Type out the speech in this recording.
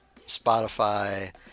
Spotify